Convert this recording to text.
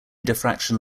diffraction